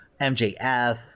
MJF